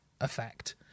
effect